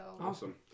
Awesome